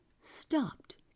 stopped